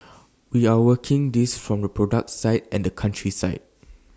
we are working this from the product side and the country side